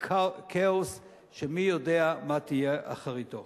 לכאוס שמי יודע מה תהיה אחריתו.